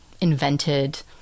invented